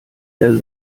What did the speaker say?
der